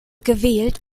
gewählt